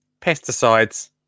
Pesticides